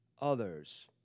others